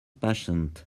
patient